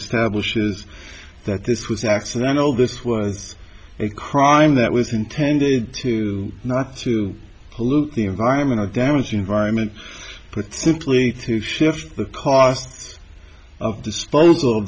establishes that this was accidental this was a crime that was intended to not to pollute the environment to damage the environment put simply to shift the cost of disposal